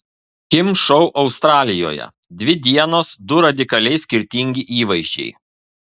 kim šou australijoje dvi dienos du radikaliai skirtingi įvaizdžiai